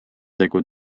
tegu